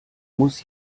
muss